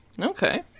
okay